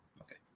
Okay